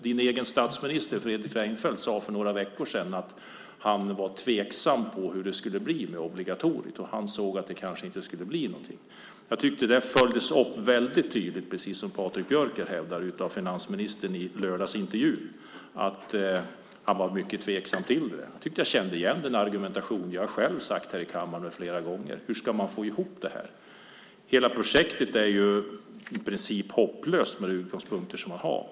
Din egen statsminister, Fredrik Reinfeldt, sade för några veckor sedan att han var tveksam om hur det skulle bli med obligatoriet. Han såg att det kanske inte skulle bli något av det. Jag tycker att det väldigt tydligt, precis som Patrik Björck här hävdar, följdes upp av finansministern i förra veckans lördagsintervju; han var mycket tveksam. Jag tyckte att jag kände igen argumentationen. Flera gånger har jag själv här i kammaren frågat hur man ska få ihop det här. I princip är hela projektet hopplöst med de utgångspunkter som finns.